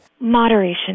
Moderation